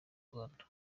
rwanda